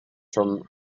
from